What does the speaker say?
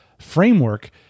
framework